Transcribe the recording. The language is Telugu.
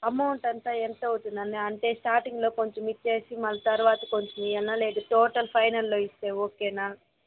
అమౌంట్ అంతా ఎంత అవుతుంది అండి అంటే స్టార్టింగ్లో కొంచెం ఇచ్చేసి మళ్ళీ తరువాత కొంచెం ఇవ్వనా లేకుంటే ఒకేసారి టోటల్ ఫైనల్లో ఇస్తే ఓకేనా